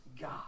God